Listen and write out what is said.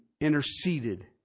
interceded